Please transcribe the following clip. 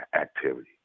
activity